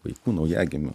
vaikų naujagimių